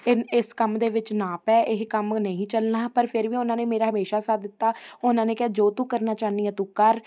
ਇਨ ਇਸ ਕੰਮ ਦੇ ਵਿੱਚ ਨਾ ਪੈ ਇਹ ਕੰਮ ਨਹੀਂ ਚੱਲਣਾ ਪਰ ਫਿਰ ਵੀ ਉਹਨਾਂ ਦੇ ਦਿੱਤਾ ਉਹਨਾਂ ਨੇ ਕਿਹਾ ਜੋ ਤੂੰ ਕਰਨਾ ਚਾਹੁੰਦੀ ਹਾਂ ਤੂੰ ਕਰ